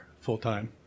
full-time